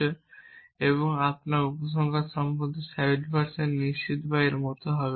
আমি আমার উপসংহার সম্পর্কে 70 শতাংশ নিশ্চিত বা এর মতো হবে